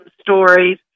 stories